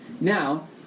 Now